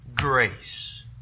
grace